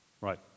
Right